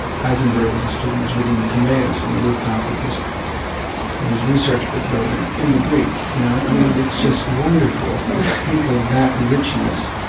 heisenberg as a student is reading the timaeus on the rooftop of his of his research but building in the greek. you know, i mean, it's just wonderful to think of that richness.